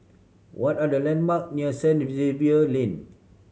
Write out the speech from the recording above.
what are the landmark near Saint Xavier Lane